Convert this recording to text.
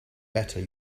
better